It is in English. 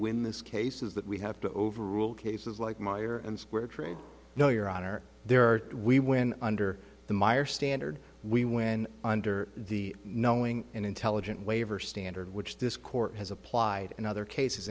win this case is that we have to overrule cases like meyer and square trade no your honor their art we win under the myer standard we win under the knowing and intelligent waiver standard which this court has applied in other cases